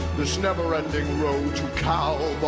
this never-ending road to calvary